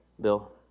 Bill